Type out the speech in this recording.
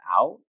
out